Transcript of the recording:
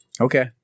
Okay